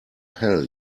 hell